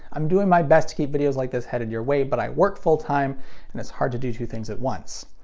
i'm doing my best to keep videos like this headed your way, but i work full time and it's hard to do two things at once.